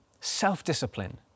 self-discipline